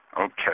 Okay